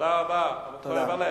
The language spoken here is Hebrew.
תודה רבה, אבל כואב הלב.